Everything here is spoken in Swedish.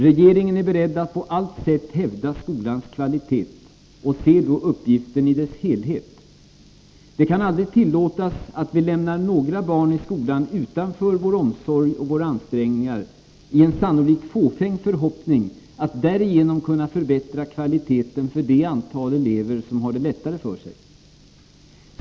Regeringen är beredd att på allt sätt hävda skolans kvalitet och ser därvid uppgiften i dess helhet: det kan aldrig tillåtas att vi skulle lämna några barn i skolan utanför vår omsorg och våra ansträngningar i en sannolikt fåfäng förhoppning att därigenom kunna förbättra kvaliteten för det antal elever som har det lättare för sig.